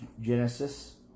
Genesis